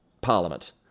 parliament